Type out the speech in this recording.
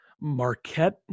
Marquette